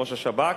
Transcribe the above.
ראש השב"כ,